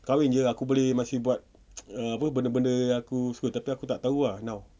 kahwin jer aku masih boleh buat err benda-benda yang aku suka tapi aku tak tahu ah now